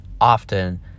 often